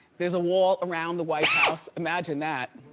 there's a wall around the white house, imagine that.